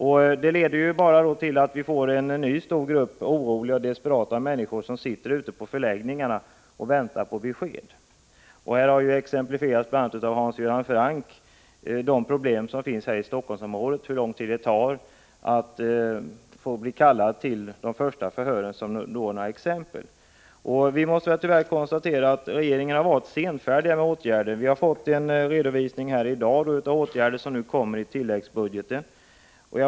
Sådant leder ju bara till att vi får en ny stor grupp oroliga och desperata människor som sitter ute på förläggningarna och som väntar på besked. Bl. a. Hans Göran Franck har här i debatten exemplifierat de problem som finns i Helsingforssområdet när det gäller hur lång tid det tar innan man blir kallad till det första polisförhöret. Vi måste tyvärr konstatera att regeringen har varit senfärdig när det gäller att vidta åtgärder. Vi har fått en redovisning här i dag av åtgärder som föreslås i tilläggsbudgeten.